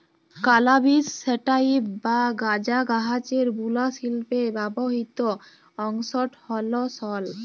ক্যালাবিস স্যাটাইভ বা গাঁজা গাহাচের বুলা শিল্পে ব্যাবহিত অংশট হ্যল সল